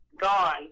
gone